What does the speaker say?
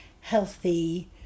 healthy